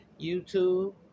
YouTube